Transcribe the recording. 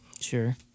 Sure